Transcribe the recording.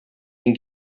den